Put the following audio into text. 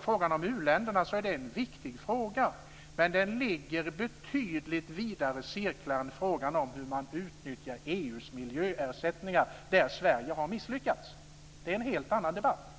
Frågan om u-länderna har tagits upp. Det är en viktig fråga, men den ligger i betydligt vidare cirklar än frågan om hur man utnyttjar EU:s miljöersättningar, där Sverige har misslyckats. Det är en helt annan debatt!